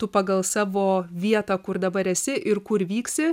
tu pagal savo vietą kur dabar esi ir kur vyksi